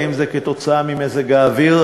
האם זה כתוצאה ממזג האוויר,